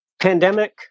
Pandemic